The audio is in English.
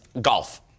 golf